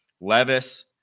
levis